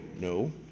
no